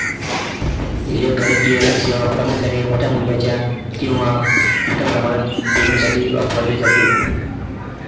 electronic clearing सेवा प्रामुख्याने मोठ्या मूल्याच्या किंवा मोठ्या प्रमाणात पेमेंटसाठी वापरली जाते